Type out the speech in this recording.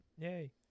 yay